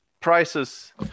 prices